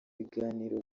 biganiro